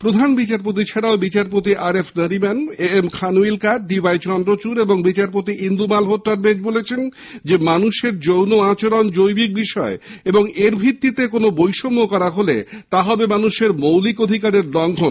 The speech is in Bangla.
প্রধান বিচারপতি ছাড়াও বিচারপতি R F Nariman A M Khanwilkar D Y Chandrachud এবং বিচারপতি ইন্দু মালহোত্রার বেঞ্চ বলেছেন মানুযের যৌন আচরণ জৈবিক বিষয় এবং এর ভিত্তিতে কোন বৈষম্য করা হলে তা হবে মানুষের মৌলিক অধিকারের লঙ্ঘন